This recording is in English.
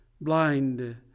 Blind